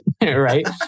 right